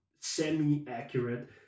semi-accurate